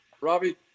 Robbie